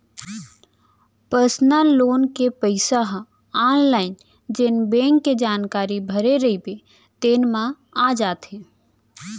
personal loan के पइसा ह आनलाइन जेन बेंक के जानकारी भरे रइबे तेने म आ जाथे